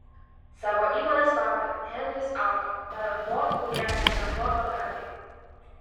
savo įmonės vardą henris auto davė ford kūrėjo henrio fordo garbei